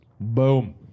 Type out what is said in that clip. Boom